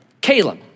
Caleb